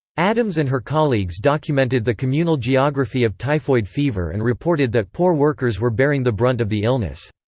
addams and her colleagues documented the communal geography of typhoid fever and reported that poor workers were bearing the brunt of the illness.